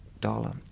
dollar